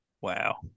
Wow